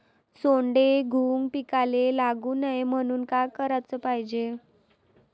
सोंडे, घुंग पिकाले लागू नये म्हनून का कराच पायजे?